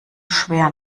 schwer